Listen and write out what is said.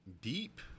Deep